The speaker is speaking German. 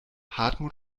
hartmut